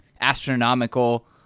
astronomical